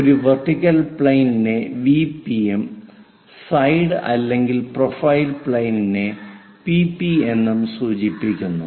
ഒരു vertical plane ഇനെ VP ഉം സൈഡ് അല്ലെങ്കിൽ പ്രൊഫൈൽ പ്ലെയിൻ ഇനെ PP എന്നും സൂചിപ്പിക്കുന്നു